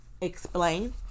explain